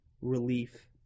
Relief